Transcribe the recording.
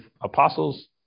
apostles